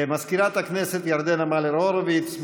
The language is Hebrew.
מזכירת הכנסת ירדנה מלר-הורוביץ,